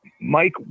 Mike